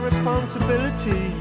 Responsibility